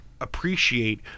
appreciate